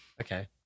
Okay